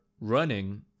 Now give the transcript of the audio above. running